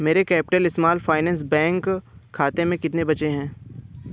मेरे Capital Small Finance खाते में कितने बचे हैं